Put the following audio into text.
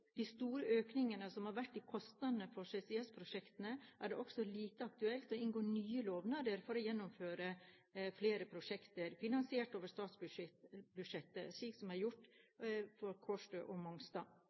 de store økningene som har vært i kostnadene for CCS-prosjektene, er det også lite aktuelt å inngå nye lovnader for å gjennomføre flere prosjekter finansiert over statsbudsjettet, slik det er